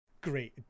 great